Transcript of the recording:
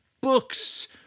books